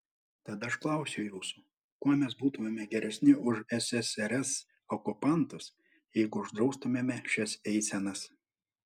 tad aš klausiu jūsų kuo mes būtumėme geresni už ssrs okupantus jeigu uždraustumėme šias eisenas